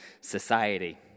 society